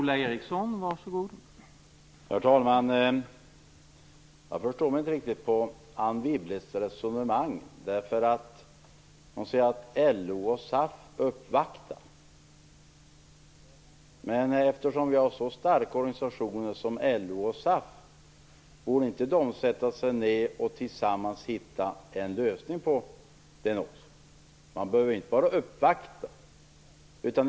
Herr talman! Jag förstår mig inte riktigt på Anne Wibbles resonemang. Hon säger att LO och SAF uppvaktar. Men borde inte så starka organisationer som dessa kunna sätta sig ned och tillsammans hitta en lösning i stället för att bara uppvakta?